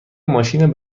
ماشین